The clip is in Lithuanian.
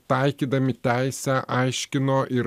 taikydami teisę aiškino ir